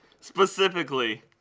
specifically